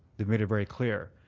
they've made it very clear.